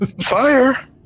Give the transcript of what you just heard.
fire